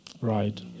Right